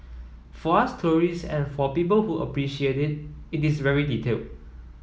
for us tourists and for people who appreciate it it is very detailed